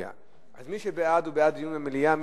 מי שבעד, בעד דיון במליאה.